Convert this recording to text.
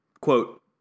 quote